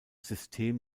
system